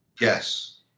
Yes